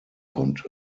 konnte